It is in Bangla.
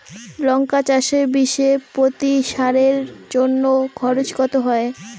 লঙ্কা চাষে বিষে প্রতি সারের জন্য খরচ কত হয়?